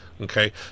Okay